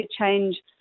change